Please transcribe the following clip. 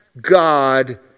God